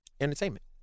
entertainment